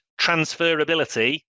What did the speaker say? transferability